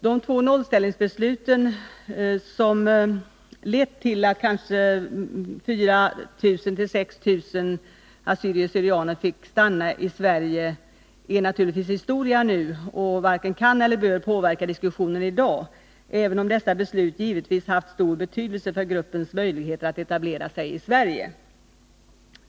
De två nollställningsbesluten, som kanske ledde till att 4 000 å 6 000 assyrier/syrianer fick stanna i Sverige är naturligtvis historia nu och varken kan eller bör påverka diskussionen i dag, även om de besluten haft stor betydelse för gruppens möjligheter att etablera sig i Sverige.